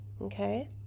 okay